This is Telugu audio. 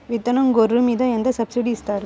విత్తనం గొర్రు మీద ఎంత సబ్సిడీ ఇస్తారు?